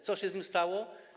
Co się z nim stało?